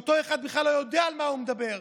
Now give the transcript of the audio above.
ואותו אחד בכלל לא יודע על מה הוא מדבר.